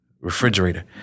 refrigerator